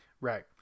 right